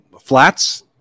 Flats